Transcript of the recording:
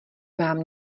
vám